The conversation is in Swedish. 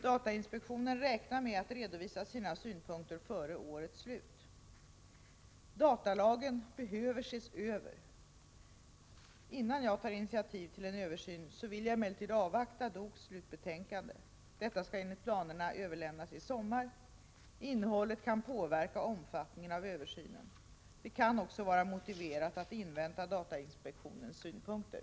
Datainspektionen räknar med att redovisa sina synpunkter före årets slut. Datalagen behöver ses över. Innan jag tar initiativ till en översyn vill jag emellertid avvakta DOK:s slutbetänkande. Detta skall enligt planerna överlämnas i sommar. Innehållet kan påverka omfattningen av översynen. Det kan också vara motiverat att invänta datainspektionens synpunkter.